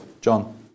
John